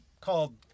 called